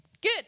Good